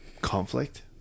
conflict